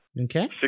okay